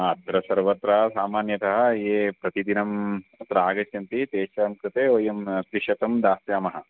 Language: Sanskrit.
अत्र सर्वत्र सामान्यतः ये प्रतिदिनम् अत्र आगच्छन्ति तेषां कृते वयं त्रिशतं दास्यामः